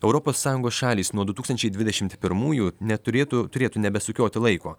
europos sąjungos šalys nuo du tūkstančiai dvidešimt pirmųjų neturėtų turėtų nebesukioti laiko